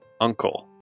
Uncle